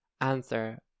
answer